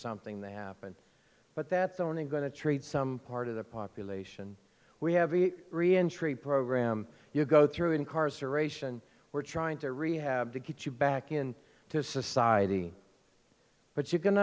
something that happened but that's only going to treat some part of the population we have a reentry program you go through incarceration we're trying to rehab to get you back in to society but you can